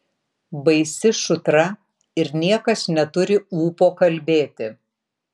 baisi šutra ir niekas neturi ūpo kalbėti